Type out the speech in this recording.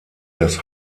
das